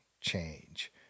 change